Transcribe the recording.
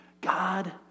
God